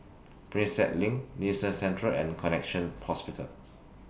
Prinsep LINK Nee Soon Central and Connexion Hospital